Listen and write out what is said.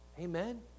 Amen